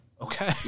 Okay